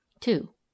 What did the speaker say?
two